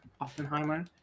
Oppenheimer